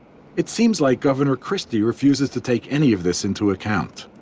it seems like governor christie refuses to take any of this into account.